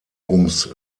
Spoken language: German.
ums